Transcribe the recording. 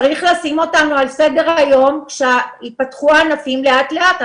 צריך לשים אותנו על סדר היום כדי שהענפים ייפתחו לאט לאט.